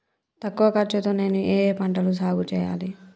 తక్కువ ఖర్చు తో నేను ఏ ఏ పంటలు సాగుచేయాలి?